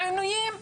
העינויים,